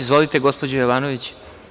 Izvolite, gospođo Jovanović.